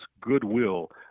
goodwill